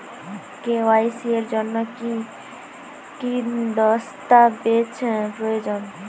KYC এর জন্যে কি কি দস্তাবেজ প্রয়োজন?